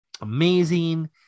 amazing